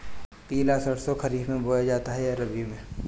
पिला सरसो खरीफ में बोया जाता है या रबी में?